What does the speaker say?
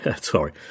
sorry